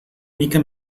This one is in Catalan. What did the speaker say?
mica